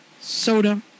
Soda